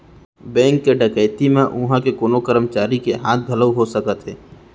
bank के डकैती म उहां के कोनो करमचारी के हाथ घलौ हो सकथे